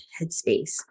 headspace